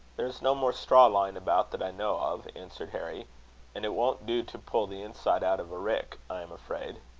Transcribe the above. there's no more straw lying about that i know of, answered harry and it won't do to pull the inside out of a rick, i am afraid.